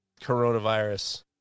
coronavirus